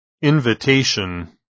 invitation